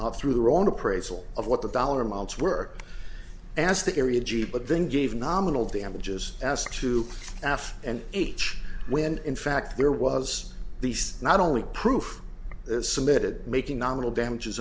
polio through their own appraisal of what the dollar amounts work as the area g but then gave nominal damages as to after and each when in fact there was these not only proof submitted making nominal damages